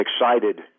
excited